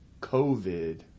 COVID